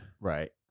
Right